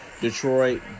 Detroit